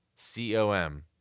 C-O-M